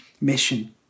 mission